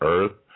Earth